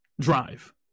drive